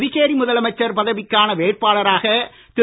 புதுச்சேரி முதலமைச்சர் பதவிக்கான வேட்பாளராக திரு